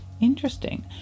Interesting